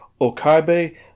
okabe